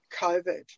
COVID